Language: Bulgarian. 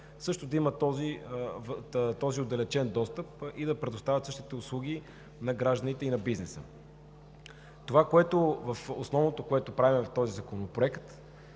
също да имат отдалечен достъп и да предоставят същите услуги на гражданите и на бизнеса. Основното, което правим в този законопроект,